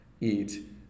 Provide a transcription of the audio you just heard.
eat